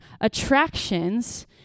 attractions